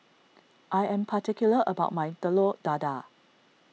I am particular about my Telur Dadah